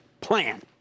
Plan